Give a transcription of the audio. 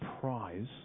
prize